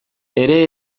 ere